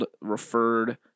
referred